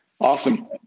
Awesome